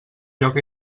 lloc